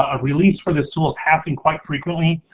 ah release for this tools happen quite frequently,